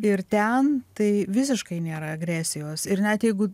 ir ten tai visiškai nėra agresijos ir net jeigu